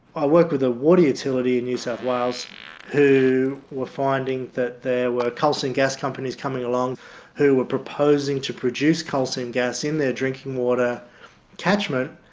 i work with a water utility in new south wales who were finding that there were coal seam gas companies coming along who were proposing to produce coal seam gas in their drinking water catchment.